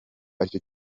aricyo